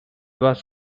was